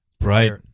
Right